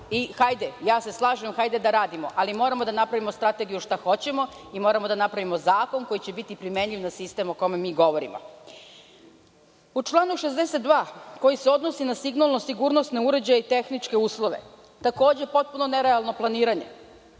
da radimo i slažem se hajde da radimo, ali moramo da napravimo strategiju šta hoćemo i moramo da napravimo zakon koji će biti primenljiv na sistem o kojem mi govorimo.U članu 62. koji se odnosi na signalno sigurnosni uređaj i tehničke uslove, takođe potpuno nerealno planiranje.